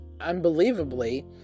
unbelievably